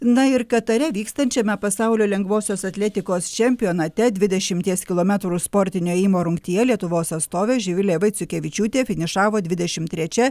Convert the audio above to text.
na ir katare vykstančiame pasaulio lengvosios atletikos čempionate dvidešimties kilometrų sportinio ėjimo rungtyje lietuvos atstovė živilė vaiciukevičiūtė finišavo dvidešim trečia